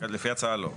לפי ההצעה, לא.